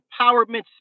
empowerment